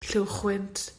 lluwchwynt